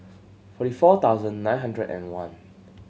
forty four thousand nine hundred and one